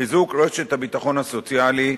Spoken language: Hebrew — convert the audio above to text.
חיזוק רשת הביטחון הסוציאלי,